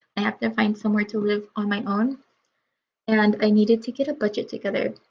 i have to to find somewhere to live on my own and i needed to get a budget together